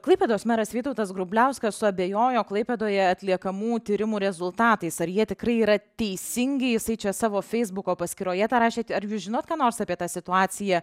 klaipėdos meras vytautas grubliauskas suabejojo klaipėdoje atliekamų tyrimų rezultatais ar jie tikrai yra teisingi jisai čia savo feisbuko paskyroje tą rašėt ar jūs žinot ką nors apie tą situaciją